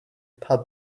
pub